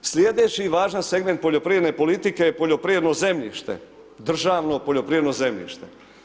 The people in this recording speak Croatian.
Slijedeći važan segment poljoprivredne politike je poljoprivredno zemljište, državno poljoprivredno zemljište.